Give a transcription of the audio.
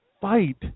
Fight